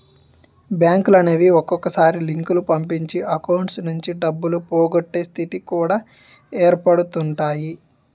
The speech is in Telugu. బ్యాంకులనేవి ఒక్కొక్కసారి లింకులు పంపించి అకౌంట్స్ నుంచి డబ్బులు పోగొట్టే స్థితి కూడా ఏర్పడుతుంటాయి